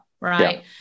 right